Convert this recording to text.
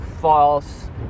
false